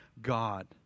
God